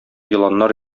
еланнар